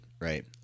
Right